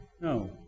No